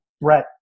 Brett